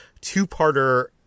two-parter